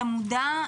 אתה מודע?